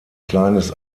kleines